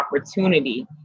opportunity